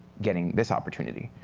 getting this opportunity.